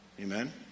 Amen